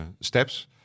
steps